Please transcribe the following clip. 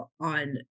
on